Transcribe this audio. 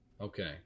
Okay